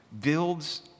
builds